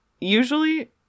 usually